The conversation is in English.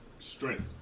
Strength